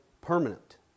permanent